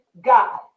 God